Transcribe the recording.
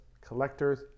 collectors